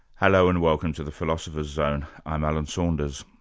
hello and welcome to the philosopher's zone. i'm alan saunders.